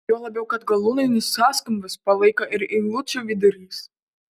juo labiau kad galūninius sąskambius palaiko ir eilučių vidurys